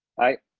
aye.